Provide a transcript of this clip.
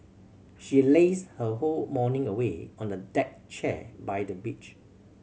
she lazed her whole morning away on the deck chair by the beach